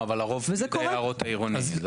אבל לרוב פקיד היערות העירוני.